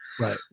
Right